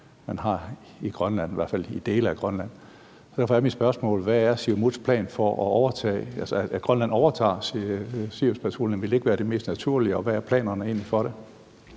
man har i Grønland – i hvert fald i dele af Grønland. Derfor er mit spørgsmål: Hvad er Siumuts plan for, at Grønland overtager Siriuspatruljen? Ville det ikke være det mest naturlige? Og hvad er planerne egentlig for det?